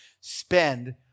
spend